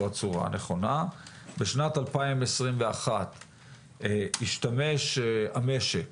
בשנת 2021 השתמש המשק